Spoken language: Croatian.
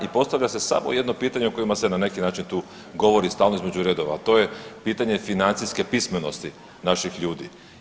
I postavlja se samo jedno pitanje o kojima se na neki način govori stalno između redova, a toje pitanje financijske pismenosti naših ljudi.